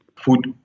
food